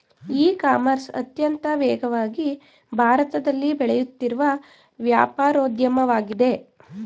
E commerce ಅತ್ಯಂತ ವೇಗವಾಗಿ ಭಾರತದಲ್ಲಿ ಬೆಳೆಯುತ್ತಿರುವ ವ್ಯಾಪಾರೋದ್ಯಮವಾಗಿದೆ